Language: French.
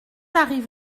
arrive